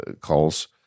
calls